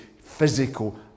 physical